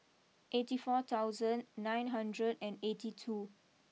eighty four thousand nine hundred and eighty two